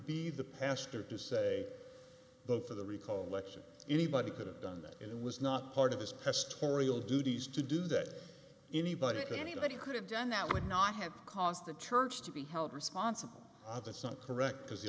be the pastor to say but for the recall election anybody could have done that and it was not part of his press tauriel duties to do that anybody anybody could have done that would not have caused the church to be held responsible that's not correct because the